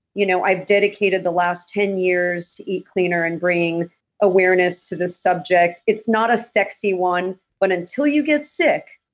you know i've dedicated the last ten years to eat cleaner and bringing awareness to this subject. it's not a sexy one. but until you get sick,